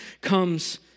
comes